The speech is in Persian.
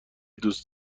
دوس